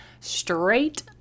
straight